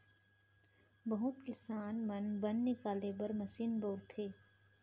बहुत किसान मन बन निकाले बर मसीन ल बउरथे